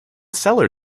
cellar